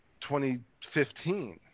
2015